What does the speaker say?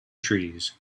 trees